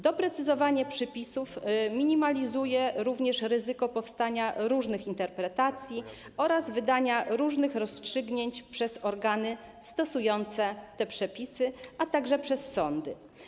Doprecyzowanie przepisów minimalizuje również ryzyko powstania różnych interpretacji oraz wydania różnych rozstrzygnięć przez organy stosujące te przepisy, a także przez sądy.